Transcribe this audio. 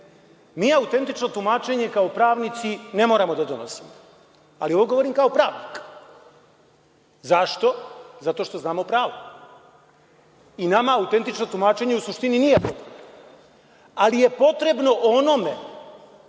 autentično tumačenje, kao pravnici ne moramo da donosimo, ali ovo govorim kao pravnik. Zašto? Zato što znamo pravo i nama autentično tumačenje u suštini nije potrebno, ali je potrebno onome